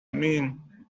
mean